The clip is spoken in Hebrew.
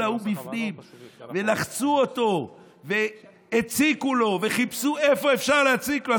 ההוא בפנים ולחצו אותו והציקו לו וחיפשו איפה אפשר להציק לו.